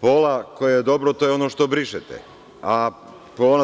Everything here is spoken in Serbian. Pola koje je dobro to je ono što brišete, a